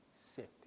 safety